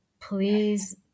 please